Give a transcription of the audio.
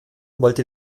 wollte